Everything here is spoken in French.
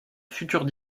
future